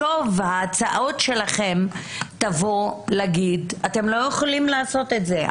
ההצעות שלכם יבואו ויגידו שאתם לא יכולים לעשות את זה.